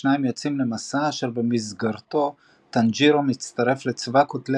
השניים יוצאים למסע אשר במסגרתו טאנג'ירו מצטרף לצבא קוטלי